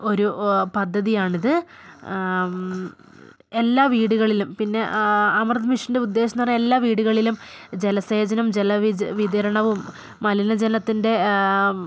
ഒരു പദ്ധതിയാാണിത് എല്ലാ വീടുകളിലും പിന്നെ അമൃത് മിഷൻ്റെ ഉദ്ദേശം എന്ന് പറഞ്ഞാൽ എല്ലാ വീടുകളിലും ജലസേചനവും ജല വിതരണവും മലിനജലത്തിൻ്റെ